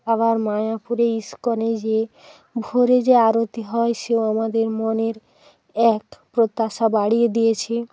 আবার মায়াপুরে ইস্কনে গিয়ে ভোরে যে আরতি হয় সেও আমাদের মনের এক প্রত্যাশা বাড়িয়ে দিয়েছি